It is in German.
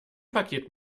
paket